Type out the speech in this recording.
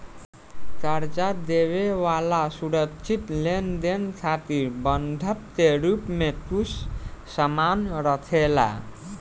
कर्जा देवे वाला सुरक्षित लेनदेन खातिर बंधक के रूप में कुछ सामान राखेला